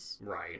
right